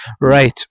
right